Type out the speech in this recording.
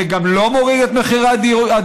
זה גם לא מוריד את מחירי הדיור,